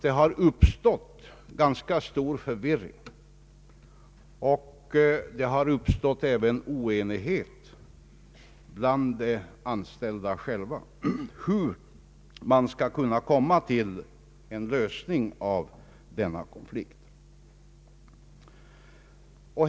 Det har uppstått ganska stor förvirring, och det har även uppstått oenighet bland de anställda själva om hur man skall kunna få en lösning av denna konflikt.